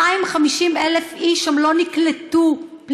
ש-250,000 איש לא נקלטו שם,